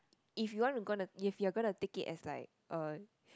if you wanna gonna if you're gonna take it as like a